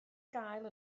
gael